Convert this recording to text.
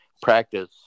practice